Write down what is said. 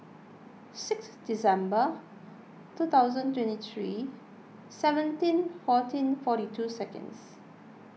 six December two thousand twenty three seventeen fourteen forty two seconds